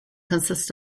consists